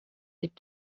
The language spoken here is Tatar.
дип